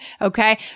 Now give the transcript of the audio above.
Okay